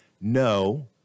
no